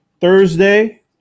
Thursday